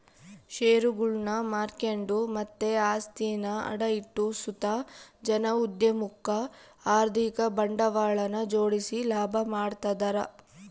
ಷೇರುಗುಳ್ನ ಮಾರ್ಕೆಂಡು ಮತ್ತೆ ಆಸ್ತಿನ ಅಡ ಇಟ್ಟು ಸುತ ಜನ ಉದ್ಯಮುಕ್ಕ ಆರ್ಥಿಕ ಬಂಡವಾಳನ ಜೋಡಿಸಿ ಲಾಭ ಮಾಡ್ತದರ